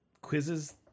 quizzes